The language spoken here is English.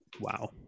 wow